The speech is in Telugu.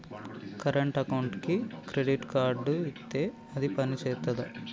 కరెంట్ అకౌంట్కి క్రెడిట్ కార్డ్ ఇత్తే అది పని చేత్తదా?